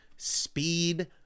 Speed